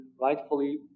rightfully